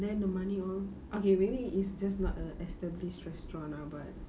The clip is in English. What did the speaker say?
then the money all okay maybe it's just not a established restaurant ah but